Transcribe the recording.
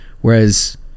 Whereas